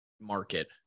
market